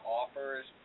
offers